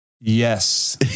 Yes